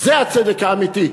זה הצדק האמיתי.